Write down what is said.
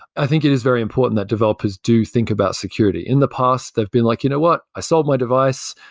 i think it is very important that developers do think about security in the past they've been like, you know what? i sold my device.